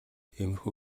иймэрхүү